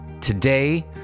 Today